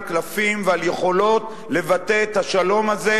קלפים ועל יכולות לבטא את השלום הזה,